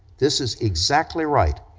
this is exactly right,